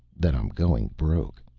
that i'm going broke.